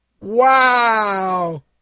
Wow